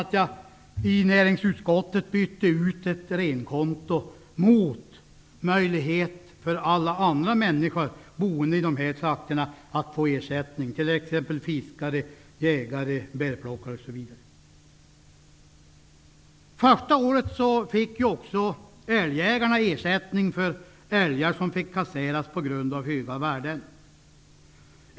I näringsutskottet bytte jag ut ett renkonto mot möjligheten för alla andra människor i de här trakterna att få ersättning, t.ex. fiskare, jägare, bärplockare osv. Första året fick också älgjägare ersättning för älgar som fick kasseras på grund av höga värden.